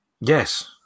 Yes